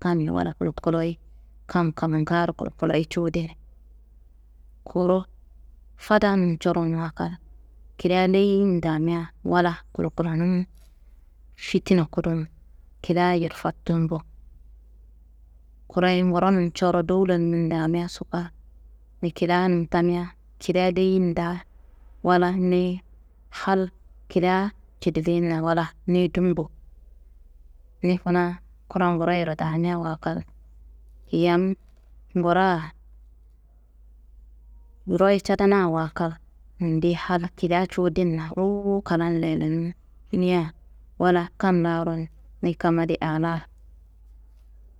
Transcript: Kammi wala kulokuloyi kam kamangaro kulokuloyi cuwudin. Kuru fadan coronwa kal, kilia leyiyin damia wala kulokulonum fitina kudum kilia yirfatumbu. Kure nguronum coro dowulanumin damiaso baa, ni kilianum tamia kilia leyiyin daa wala niyi hal kilia cidilinna wala niyi dumbu, ni kuna kura nguroyero damiawa kal, yam ngura royi cadanawa kal, nondi hal kilia cuwudinna ruwu klan lelenum, niya wala kam laaro ni kamma adi aa laa